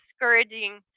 discouraging